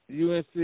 UNC